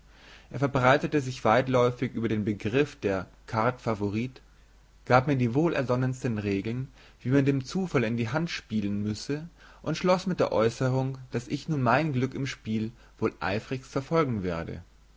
er verbreitete sich weitläuftig über den begriff der carte favorite gab mir die wohlersonnensten regeln wie man dem zufall in die hand spielen müsse und schloß mit der äußerung daß ich nun mein glück im spiel wohl eifrigst verfolgen werde